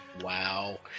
wow